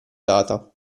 data